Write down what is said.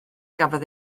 gafodd